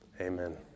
Amen